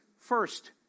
first